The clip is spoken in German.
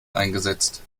eingesetzt